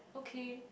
okay